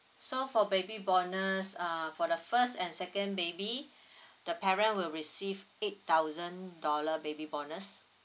so for baby bonus uh for the first and second baby the parent will receive eight thousand dollar baby bonus